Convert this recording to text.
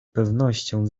pewnością